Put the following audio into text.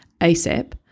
ASAP